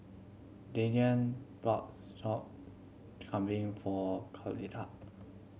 Dylan bought Sop Kambing for